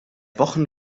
wochen